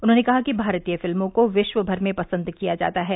उन्होंने कहा कि भारतीय फिल्मों को विश्वभर में पसंद किया जाता है